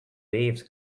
waves